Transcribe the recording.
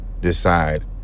decide